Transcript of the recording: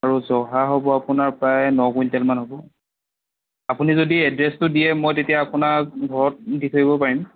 আৰু জহা হ'ব আপোনাৰ প্ৰায় ন কুইণ্টেলমান হ'ব আপুনি যদি এড্ৰেছটো দিয়ে মই তেতিয়া আপোনাক ঘৰত দি থৈ আহিব পাৰিম